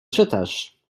czytasz